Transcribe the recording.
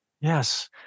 Yes